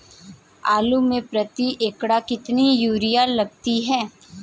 आलू में प्रति एकण कितनी यूरिया लगती है?